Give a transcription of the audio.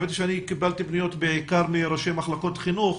האמת היא שאני קיבלתי פניות בעיקר מראשי מחלקות חינוך,